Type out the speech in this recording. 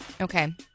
Okay